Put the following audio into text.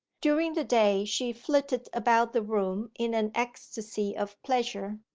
during the day she flitted about the room in an ecstasy of pleasure,